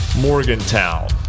Morgantown